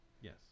Yes